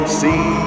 see